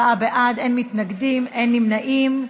84 בעד, אין מתנגדים, אין נמנעים.